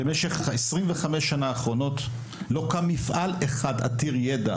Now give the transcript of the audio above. במשך 25 שנה האחרונות לא קם מפעל אחד עתיר ידע,